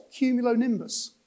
cumulonimbus